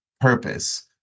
purpose